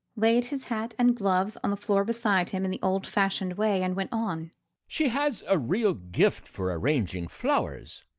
laid his hat and gloves on the floor beside him in the old-fashioned way, and went on she has a real gift for arranging flowers.